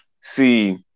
See